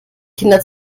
kinder